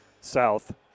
South